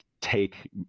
take